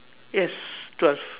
yes twelve